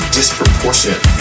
disproportionate